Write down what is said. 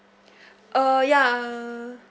uh ya